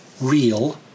Real